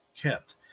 kept